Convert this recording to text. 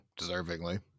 deservingly